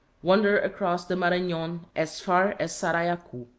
wander across the maranon as far as sarayacu.